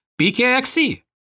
BKXC